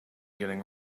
getting